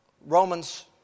Romans